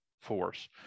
force